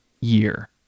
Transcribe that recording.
year